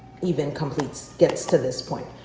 even completes, gets to this point,